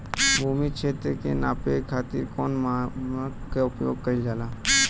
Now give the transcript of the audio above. भूमि क्षेत्र के नापे खातिर कौन मानक के उपयोग कइल जाला?